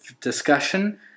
discussion